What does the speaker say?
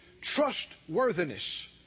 trustworthiness